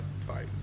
fight